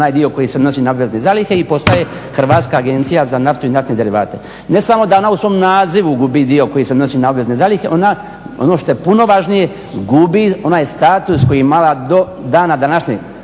onaj dio koji se odnosi na obvezne zalihe i postaje Hrvatska agencija za naftu i naftne derivate. Ne samo da ona u svom nazivu gubi dio koji se odnosi na obvezne zalihe. Ona ono što je puno važnije gubi onaj status koji je imala do dana